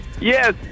Yes